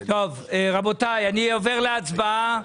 רבותיי, אני עובר להצבעה.